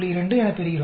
2 எனப் பெறுகிறோம்